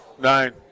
Nine